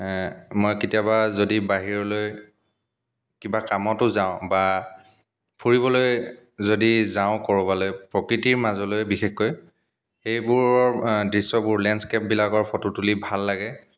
মই কেতিয়াবা যদি বাহিৰলৈ কিবা কামতো যাওঁ বা ফুৰিবলৈ যদি যাওঁ ক'ৰবালৈ প্ৰকৃতিৰ মাজলৈ বিশেষকৈ সেইবোৰৰ দৃশ্যবোৰ লেণ্ডস্কেপবিলাকৰ ফটো তুলি ভাল লাগে